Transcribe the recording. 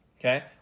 Okay